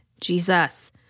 Jesus